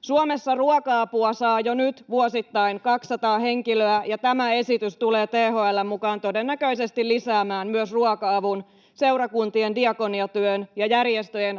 Suomessa ruoka-apua saa jo nyt vuosittain 200 henkilöä, ja tämä esitys tulee THL:n mukaan todennäköisesti lisäämään myös ruoka-avun, seurakuntien, diakoniatyön ja järjestöjen